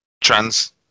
trans